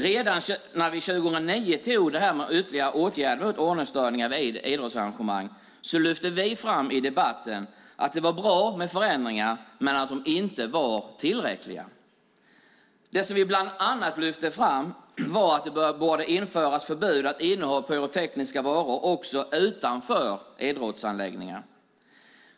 Redan när vi 2009 beslutade om ytterligare åtgärder mot ordningsstörningar vid idrottsarrangemang lyfte vi fram i debatten att förändringarna var bra men att de inte var tillräckliga. Det som vi bland annat lyfte fram var att det borde införas ett förbud mot att inneha pyrotekniska varor också utanför idrottsanläggningar.